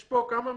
יש פה 12 מילים.